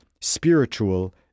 spiritual